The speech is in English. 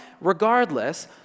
regardless